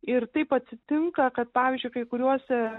ir taip atsitinka kad pavyzdžiui kai kuriuose